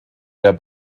der